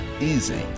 easy